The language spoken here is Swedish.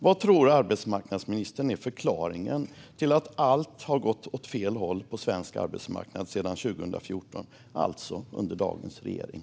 Vad tror arbetsmarknadsministern är förklaringen till att allt har gått åt fel håll på svensk arbetsmarknad sedan 2014, alltså under dagens regering?